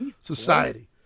society